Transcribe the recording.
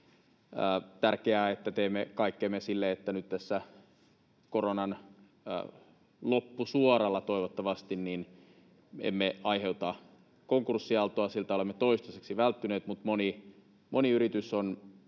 tärkeää, että teemme kaikkemme, että nyt tässä koronan loppusuoralla — toivottavasti — emme aiheuta konkurssiaaltoa. Siltä olemme toistaiseksi välttyneet, mutta moni yritys on